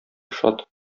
шат